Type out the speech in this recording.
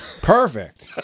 Perfect